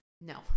No